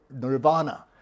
Nirvana